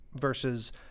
versus